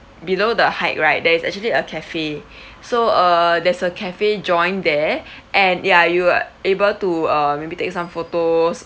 below the hike right there is actually a cafe so uh there's a cafe joint there and ya you will able to uh maybe take some photos